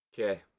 Okay